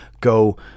go